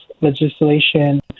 legislation